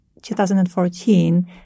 2014